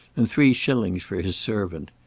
and three shillings for his servant.